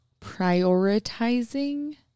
prioritizing